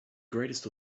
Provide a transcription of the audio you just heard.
greatest